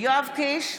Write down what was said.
יואב קיש,